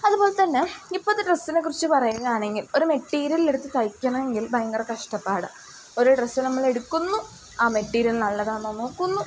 അതു പോലെ തന്നെ ഇപ്പോഴത്തെ ഡ്രസ്സിനെ കുറിച്ച് പറയുകയാണെങ്കിൽ ഒരു മെറ്റീരിയൽ എടുത്ത് തയ്ക്കണമെങ്കിൽ ഭയങ്കര കഷ്ടപ്പാടാണ് ഒരു ഡ്രസ്സ് നമ്മളെടുക്കുന്നു ആ മെറ്റീരിയൽ നല്ലതാണെന്നു നോക്കുന്നു